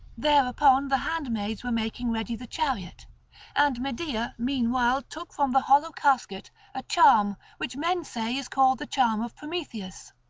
thereupon the handmaids were making ready the chariot and medea meanwhile took from the hollow casket a charm which men say is called the charm of prometheus.